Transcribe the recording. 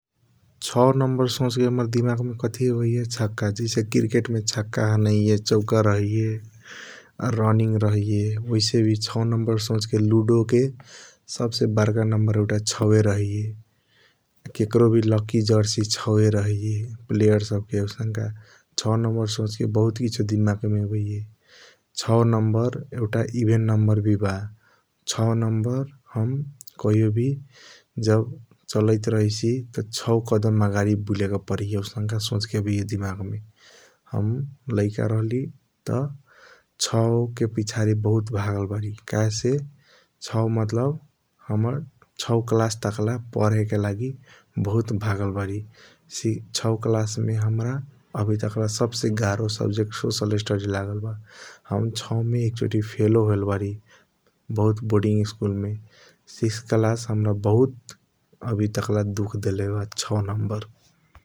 सओ नंबर सोच के हाम्रा दिमाग मे कथी आबिया सका जैसे क्रिकेट मे सका हानैय चौका रहैया आ रनिंग रहैया । ऑइसे वी सओ नंबर सोच के लूडो के सब से बरका नंबर एउटा सओ रहैया केकारों वी लकी जर्सी सओ रहिया । प्लेयर सब के आउसाँका सओ नंबर सोच के बहुत किसियों दिमाग मे आबाइया सओ नंबर एउटा ईविन नंबर वी बा । सओ हम कहियों वी जब चलाइट रहाइसी त सओ कदम आगड़ी बुले के पारैया आउसाँक सोच वी आबाइया दिमाग मे । हम लाइक राहली त सओ के पिसादी बहुत भगल बारी कहेसे सओ मतलब हाम्रा सओ क्लास टाकला पढे के लागि बहुत भगल बारी । सओ क्लास मे हाम्रा आवी टाकला सब से गारो सब्जेक्ट सोशल स्टडीस लगल बा । हम सओ मे एकचोटी फैल होयल बारी बहुत बोर्डिंग स्कूल मे सिक्ष क्लास हाम्रा बहुत आवी टाकला दुख डेले बा सओ नंबर